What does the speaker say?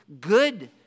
good